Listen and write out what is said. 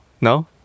no